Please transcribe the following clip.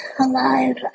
alive